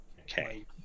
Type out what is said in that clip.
Okay